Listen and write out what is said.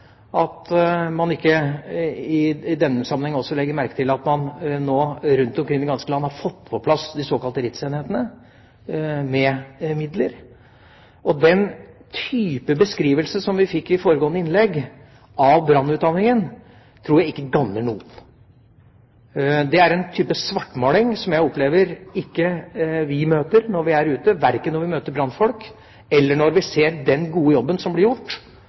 at man ikke i denne sammenheng har lagt merke til at man rundt omkring i det ganske land nå har fått på plass de såkalte RITS-enhetene, med midler. Den type beskrivelse av brannutdanningen som vi fikk i foregående innlegg, tror jeg ikke gagner noen. Det er en type svartmaling som jeg ikke opplever at vi møter når vi er ute, verken når vi møter brannfolk, eller når vi ser den gode jobben som blir gjort